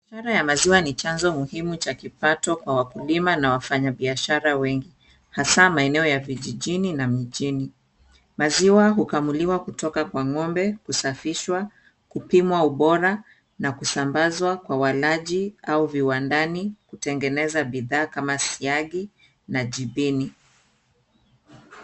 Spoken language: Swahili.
Biashara ya maziwa ni chanzo muhimu cha mapato kwa wakulima na wafanya biashara wengi, hasa maeneo ya vijijini na mjini. Maziwa hukamuliwa kutoka kwa ng'ombe, kusafishwa, kupimwa ubora na kusambazwa kwa walaji au viwandani za bidhaa kama siagi na jibini.